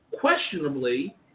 questionably –